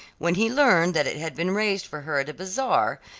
when he learned that it had been raised for her at a bazaar,